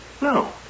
No